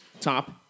Top